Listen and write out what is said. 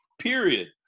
Period